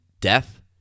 death